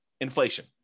Inflation